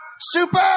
Super